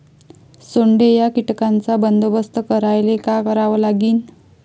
सोंडे या कीटकांचा बंदोबस्त करायले का करावं लागीन?